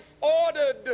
ordered